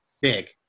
big